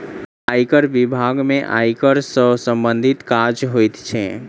आयकर बिभाग में आयकर सॅ सम्बंधित काज होइत छै